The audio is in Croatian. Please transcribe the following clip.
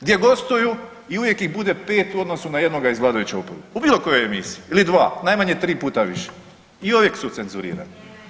Gdje gostuju i uvijek ih bude 5 u odnosu na jednoga iz vladajuće oporbe u bilo kojoj emisiji ili 2, najmanje 3 puta više i uvijek su cenzurirani.